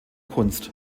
kunst